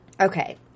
Okay